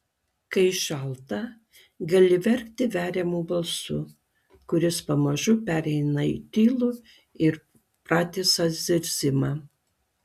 kai šalta gali verkti veriamu balsu kuris pamažu pereina į tylų ir pratisą zirzimą